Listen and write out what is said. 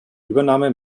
übernahme